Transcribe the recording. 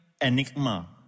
enigma